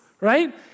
right